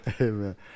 Amen